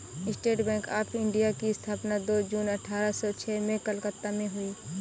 state Bank of India की स्थापना दो जून अठारह सो छह में कलकत्ता में हुई